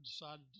decided